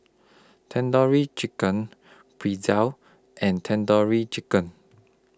Tandoori Chicken Pretzel and Tandoori Chicken